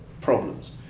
problems